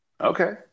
okay